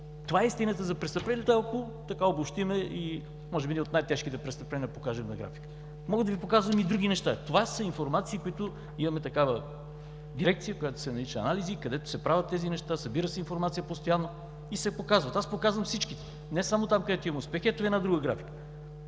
Това е истината за престъпленията, ако обобщим и може би едни от най-тежките престъпления покажем на графика. Мога да Ви покажа и други неща. Това са информации. Имаме такава дирекция, която се нарича „Анализи“, където се правят тези неща, събира се информация постоянно и се показва. Аз показвам всичко, не само там, където имаме успехи. Ето Ви една друга графика.